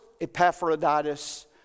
Epaphroditus